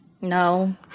No